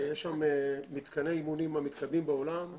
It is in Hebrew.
יש שם מתקני אימונים מהמתקדמים בעולם.